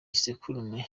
isekurume